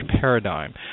paradigm